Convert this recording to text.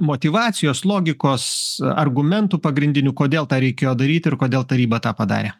motyvacijos logikos argumentų pagrindinių kodėl tą reikėjo daryti ir kodėl taryba tą padarė